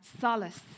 solace